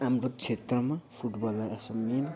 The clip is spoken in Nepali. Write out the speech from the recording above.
हाम्रो क्षेत्रमा फुटबलाई एज अ मेन